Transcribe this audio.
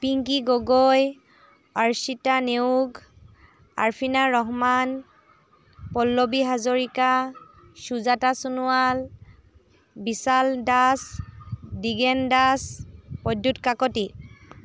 Pinky Gogoi Archita Neog Arfina Rahman Pallavi Hazarika Sujata Sonowal Bishal Das Digen Das Pradyut Kakati